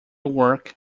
work